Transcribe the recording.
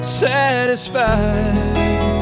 satisfied